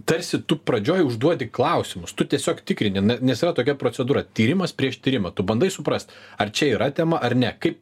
tarsi tu pradžioj užduodi klausimus tu tiesiog tikrini nes yra tokia procedūra tyrimas prieš tyrimą tu bandai suprast ar čia yra tema ar ne kaip